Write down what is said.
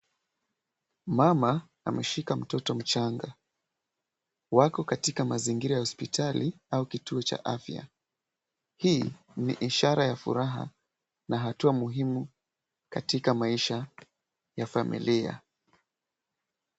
Mama ameshika mtoto mchanga. Wako katika mazingira ya hospitali au kituo cha afya. Hii ni ishara ya furaha na hatua muhimu katika maisha ya familia.